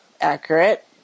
accurate